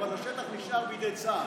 אבל השטח נשאר בידי צה"ל.